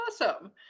awesome